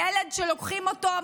ילד שלוקחים אותו,